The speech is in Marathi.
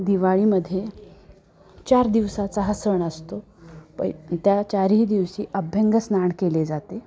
दिवाळीमध्ये चार दिवसाचा हा सण असतो पै त्या चारही दिवशी अभ्यंगस्नान केले जाते